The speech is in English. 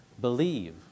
believe